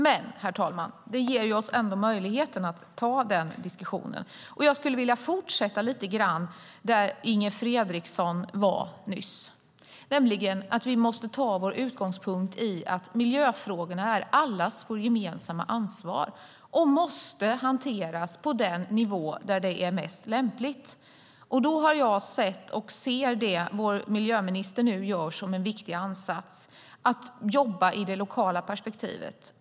Herr talman! Det ger oss ändå möjligheten att föra den här diskussionen. Jag skulle vilja fortsätta lite där Inger Fredriksson slutade nyss. Vi måste ta vår utgångspunkt i att miljöfrågorna är allas vårt gemensamma ansvar och måste hanteras på den nivå där det är mest lämpligt. Jag ser det vår miljöminister nu gör som en viktig ansats för att jobba i det lokala perspektivet.